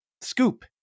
Scoop